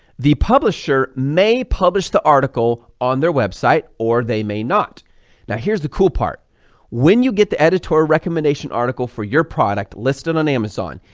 the publisher may publish the article on their website or they may not now. here's the cool part when you get the editorial recommendation article for your product listed on amazon,